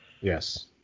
Yes